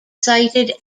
cited